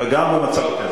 --- גם במצב הקיים.